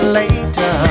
later